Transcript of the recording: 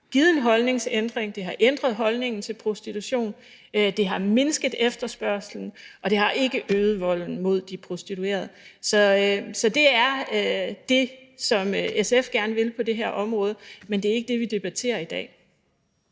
medført en holdningsændring, det har ændret holdningen til prostitution, det har mindsket efterspørgslen, og det har ikke øget volden mod de prostituerede. Så det er det, som SF gerne vil på det her område, men det er ikke det, vi debatterer i dag.